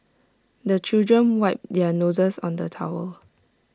the children wipe their noses on the towel